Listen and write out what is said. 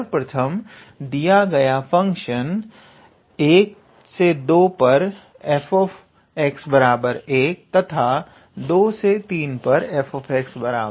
तो सर्वप्रथम दिया गया फंक्शन 12 पर f 1 तथा 23 पर f2 है